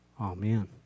Amen